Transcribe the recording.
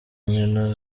nkino